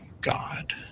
God